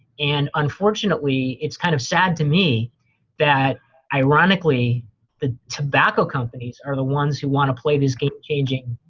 and, unfortunately, it's kind of sad to me that ironically the tobacco companies are the ones who wanna play this game changing,